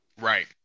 Right